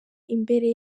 imbere